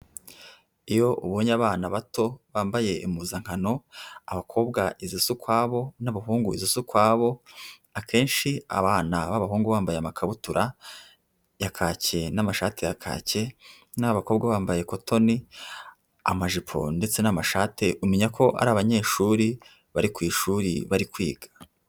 Iyo ubonye abana bato bambaye impuzankano abakobwa izisa kwabo n'abahungu izisa ukwabo, akenshi abana b'abahungu bambaye amakabutura ya kaki n'amashati ya kaki n'abakobwa bambaye cotoni, amajipo ndetse n'amashati, umenya ko ari abanyeshuri bari ku ishuri bari kwiga.